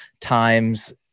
times